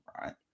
Right